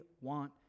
want